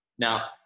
Now